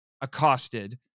accosted